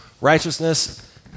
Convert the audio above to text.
Righteousness